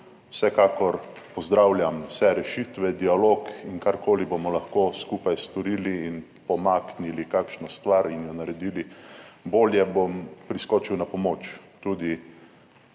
vsekakor pozdravljam vse rešitve, dialog. In karkoli bomo lahko skupaj storili in pomaknili kakšno stvar in jo naredili bolje, bom priskočil na pomoč. Tudi